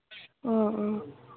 ꯑꯥ ꯑꯥ